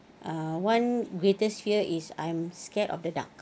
uh one greatest fear is I'm scared of the dark